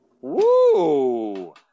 Woo